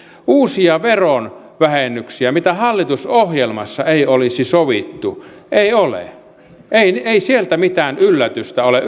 uusia verovähennyksiä mitä hallitusohjelmassa ei olisi sovittu ei ole ei ei siellä mitään yllätystä ole